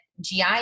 GI